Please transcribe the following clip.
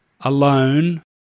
alone